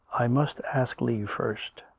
i must ask leave first.